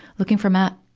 looking for matt,